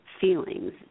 feelings